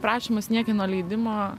prašymas niekieno leidimo